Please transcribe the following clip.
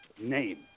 name